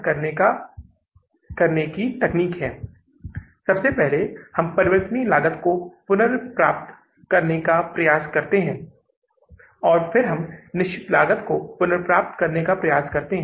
फिर हमने बिक्री से संग्रह 376000 डॉलर और अलग अलग खातों के लिए भुगतान लिए और फिर अंत में हमें पता चला कि अब नकारात्मक शेष है